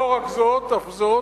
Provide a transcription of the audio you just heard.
לא זאת אף זאת,